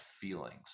feelings